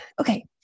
Okay